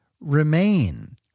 remain